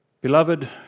Beloved